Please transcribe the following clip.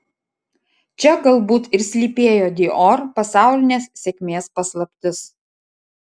čia galbūt ir slypėjo dior pasaulinės sėkmės paslaptis